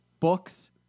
Books